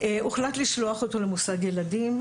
הוחלט לשלוח אותו למוסד ילדים,